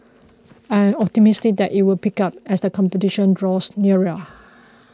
I am optimistic that you will pick up as the competition draws nearer